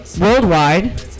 Worldwide